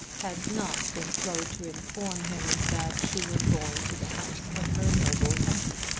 had not been slow to inform him that she was going to the house of her noble uncle.